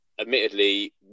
admittedly